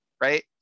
Right